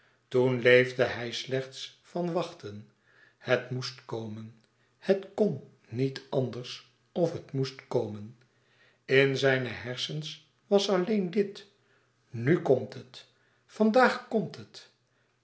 toen leefde hij slechts van wachten het moest komen het kn niet anders of het moest komen in zijne hersens was alleen dit nu komt het vandaag komt het